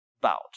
bout